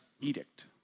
edict